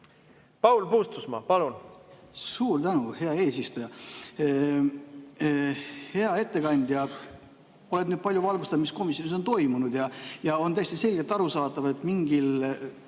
Paul Puustusmaa, palun! Suur tänu, hea eesistuja! Hea ettekandja! Oled nüüd palju valgustanud, mis komisjonis on toimunud. Ja on täiesti selgelt arusaadav, et mingil